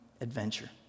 adventure